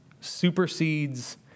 supersedes